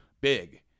big